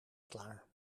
klaar